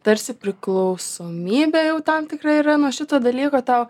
tarsi priklausomybė jau tam tikra yra nuo šito dalyko tau